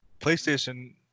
PlayStation